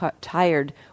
tired